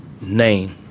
name